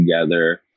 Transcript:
together